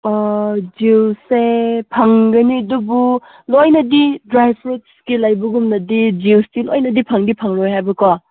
ꯑꯣ ꯖꯨꯁꯁꯦ ꯐꯪꯒꯅꯤ ꯑꯗꯨꯕꯨ ꯂꯣꯏꯅꯗꯤ ꯗ꯭ꯔꯥꯏ ꯐ꯭ꯔꯨꯗꯀꯤ ꯂꯩꯕꯒꯨꯝꯅꯗꯤ ꯖꯨꯁꯇꯤ ꯂꯣꯏꯅꯗꯤ ꯐꯪꯗꯤ ꯐꯪꯂꯣꯏ ꯍꯥꯏꯕꯀꯣ